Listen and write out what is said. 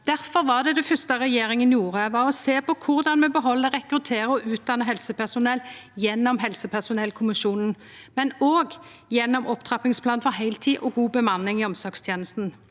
Difor var det fyrste regjeringa gjorde, å sjå på korleis me beheld, rekrutterer og utdannar helsepersonell, gjennom helsepersonellkommisjonen, men òg gjennom opptrappingsplanen for heiltid og god bemanning i omsorgstenesta.